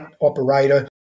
operator